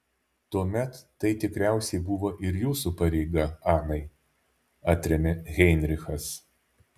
tuomet tai tikriausiai buvo ir jūsų pareiga anai atrėmė heinrichas